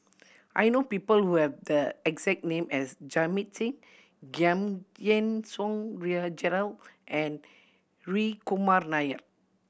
I know people who have the exact name as Jamit Singh Giam Yean Song Gerald and Hri Kumar Nair